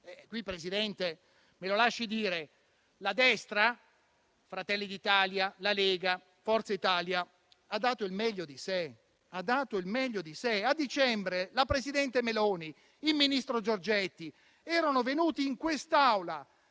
Presidente, me lo lasci dire: la destra - Fratelli d'Italia, la Lega, Forza Italia - ha dato il meglio di sé. A dicembre la presidente Meloni e il ministro Giorgetti sono venuti in quest'Aula